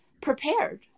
prepared